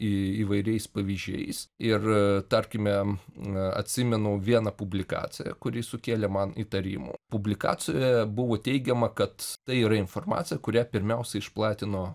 įvairiais pavyzdžiais ir tarkime atsimenu vieną publikaciją kuri sukėlė man įtarimų publikacijoje buvo teigiama kad tai yra informacija kurią pirmiausia išplatino